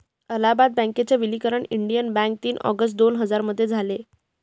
अलाहाबाद बँकेच विलनीकरण Indian Bank तीन ऑगस्ट दोन हजार मध्ये झालं